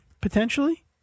potentially